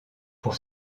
pour